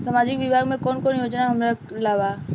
सामाजिक विभाग मे कौन कौन योजना हमरा ला बा?